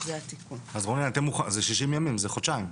זה 60 ימים,